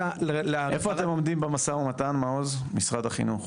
איפה אתם עומדים במשא ומתן, מעוז, משרד החינוך?